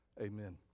Amen